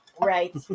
Right